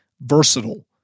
versatile